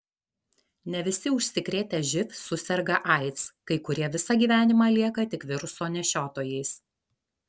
ne visi užsikrėtę živ suserga aids kai kurie visą gyvenimą lieka tik viruso nešiotojais